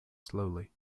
slowly